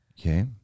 okay